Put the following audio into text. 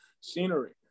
scenery